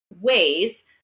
ways